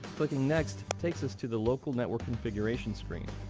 clicking next takes us to the local network configuration screen.